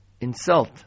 insult